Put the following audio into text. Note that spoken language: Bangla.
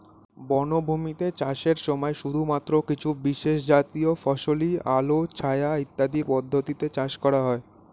বনভূমিতে চাষের সময় শুধুমাত্র কিছু বিশেষজাতীয় ফসলই আলো ছায়া ইত্যাদি পদ্ধতিতে চাষ করা হয়